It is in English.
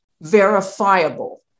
verifiable